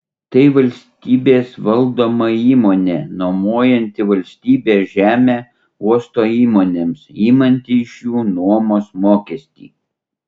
tai valstybės valdoma įmonė nuomojanti valstybės žemę uosto įmonėms imanti iš jų nuomos mokestį